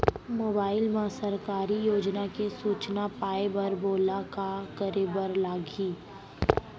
mobile मा सरकारी योजना के सूचना पाए बर मोला का करे बर लागही